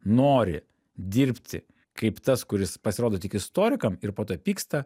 nori dirbti kaip tas kuris pasirodo tik istorikam ir po to pyksta